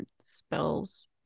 spells